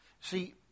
See